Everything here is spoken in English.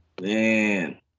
Man